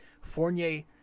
Fournier